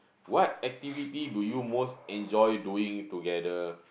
what activity do you most enjoy doing together